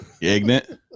ignorant